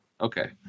Okay